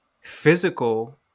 physical